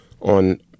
on